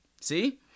See